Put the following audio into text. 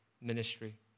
ministry